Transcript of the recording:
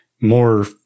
more